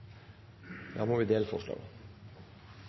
Da må vi